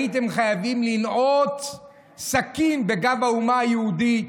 הייתם חייבים לנעוץ סכין בגב האומה היהודית,